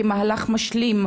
כמהלך משלים,